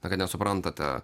na kad nesuprantate